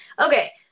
Okay